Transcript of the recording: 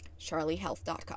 charliehealth.com